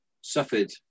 suffered